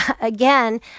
Again